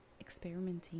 experimenting